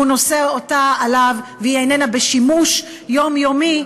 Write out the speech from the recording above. שהוא נושא אותה עליו והיא איננה בשימוש יומיומי,